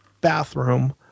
bathroom